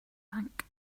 bank